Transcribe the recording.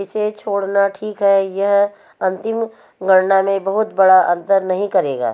इसे छोड़ना ठीक है यह अंतिम गणना में बहुत बड़ा अंतर नहीं करेगा